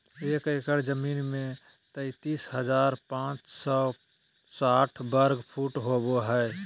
एक एकड़ जमीन में तैंतालीस हजार पांच सौ साठ वर्ग फुट होबो हइ